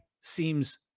seems